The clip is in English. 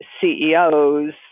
CEOs